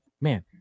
man